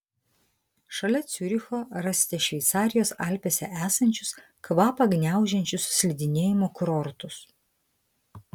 šalia ciuricho rasite šveicarijos alpėse esančius kvapą gniaužiančius slidinėjimo kurortus